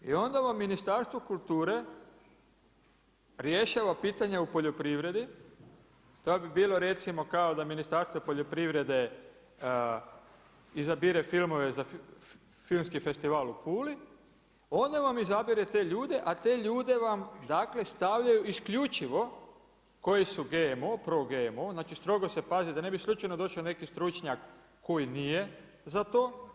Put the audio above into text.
I onda vam Ministarstvo kulture rješava pitanja u poljoprivredi, to bi bilo recimo kao da Ministarstvo poljoprivrede izabire filmove za Filmski festival u Puli, ona vam izabire te ljude, a te ljude vam stavljaju isključivo koji su pro GMO znači strogo se pazi da ne bi slučajno došao neki stručnjak koji nije za to.